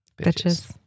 bitches